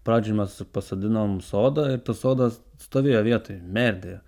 pradžioj mes pasodinom sodą ir tas sodas stovėjo vietoj merdėjo